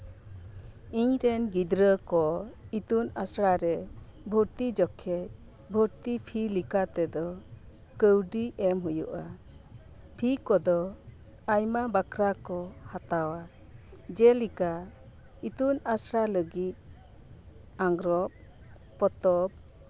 ᱤᱧ ᱨᱮᱱ ᱜᱤᱫᱽᱨᱟᱹ ᱠᱚ ᱤᱛᱩᱱ ᱟᱥᱲᱟ ᱨᱮ ᱵᱷᱩᱨᱛᱤ ᱡᱚᱠᱷᱮᱡ ᱵᱷᱩᱨᱛᱤ ᱯᱷᱤ ᱞᱮᱠᱟ ᱛᱮᱫᱚ ᱠᱟᱹᱣᱰᱤ ᱮᱢ ᱦᱳᱭᱳᱜᱼᱟ ᱯᱷᱤ ᱠᱚᱫᱚ ᱟᱭᱢᱟ ᱵᱟᱠᱷᱨᱟ ᱠᱚ ᱦᱟᱛᱟᱣᱟ ᱡᱮᱞᱮᱠᱟ ᱤᱛᱩᱱ ᱟᱥᱲᱟ ᱞᱟᱹᱜᱤᱫ ᱟᱸᱜᱽᱨᱚᱵ ᱯᱚᱛᱚᱵ